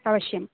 अवश्यं